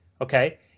Okay